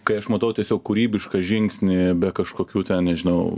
kai aš matau tiesiog kūrybišką žingsniuoja be kažkokių ten nežinau